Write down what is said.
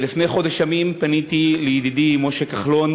לפני חודש ימים פניתי אל ידידי משה כחלון,